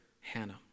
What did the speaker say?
Hannah